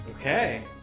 Okay